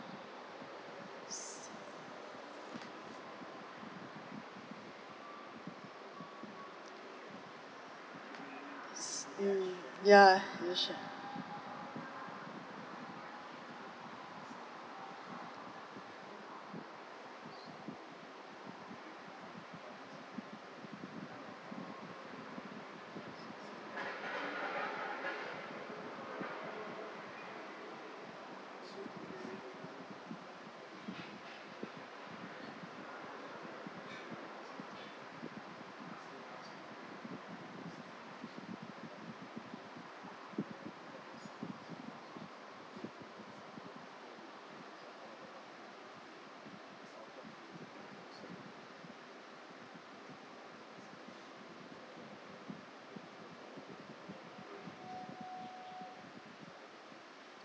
mm ya